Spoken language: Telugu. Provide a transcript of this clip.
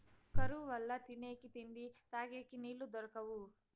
కరువు వల్ల తినేకి తిండి, తగేకి నీళ్ళు దొరకవు